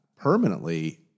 permanently